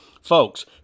Folks